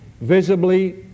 visibly